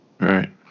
Right